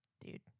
Dude